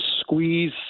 squeeze